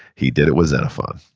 he did it with xenophon,